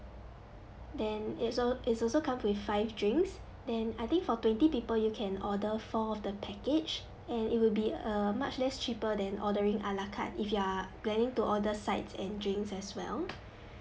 then it's al~ it's also come with five drinks then I think for twenty people you can order four of the package and it will be a much less cheaper than ordering a la carte if you are planning to order sides and drinks as well